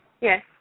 Yes